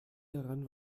daran